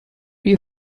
you